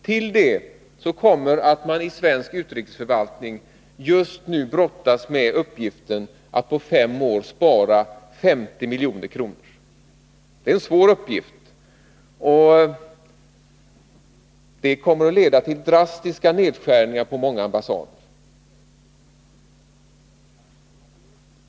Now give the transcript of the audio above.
Till detta kommer att man i svensk utrikesförvaltning just nu brottas med uppgiften att på fem år spara 50 milj.kr. Det är en svår uppgift, och den kommer att leda till drastiska nedskärningar på många ambassader.